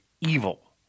evil